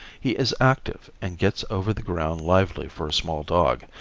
he is active and gets over the ground lively for a small dog,